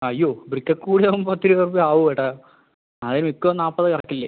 അയ്യോ ബ്രിക്കൊക്കെ കൂടി ആകുമ്പോൾ പത്ത് ഇരുപത് റുപ്യ ആവും ഏട്ടാ അത് മിക്ക നാപ്പത് കടക്കില്ലേ